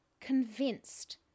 convinced